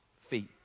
feet